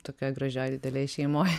tokioj gražioj didelėj šeimoj